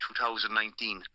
2019